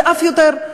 ואף יותר.